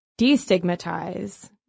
destigmatize